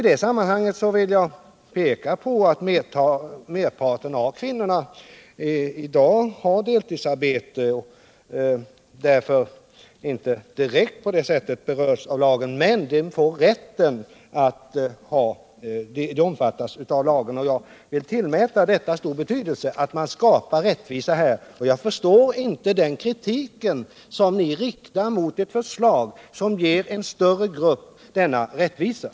Då vill jag peka på att merparten av kvinnorna i dag har deltidsarbete och därför inte är direkt berörda, men de omfattas ändå av lagen. Att det skapas rättvisa tillmäter jag stor betydelse, men jag förstår inte er kritik mot det förslag som ger en större grupp denna rättvisa.